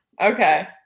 okay